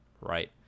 Right